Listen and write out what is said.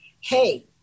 Hey